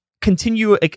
continue